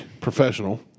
professional